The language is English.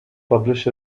publish